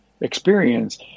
experience